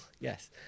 yes